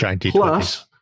plus